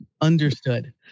Understood